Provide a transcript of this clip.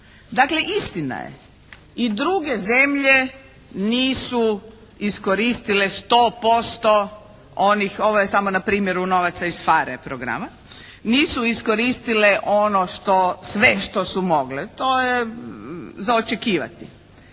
Dakle, istina je i druge zemlje nisu iskoristile 100% onih, ovo je samo npr. u novaca iz PHARE programa, nisu iskoristile ono što, sve što su mogle, to je za očekivati.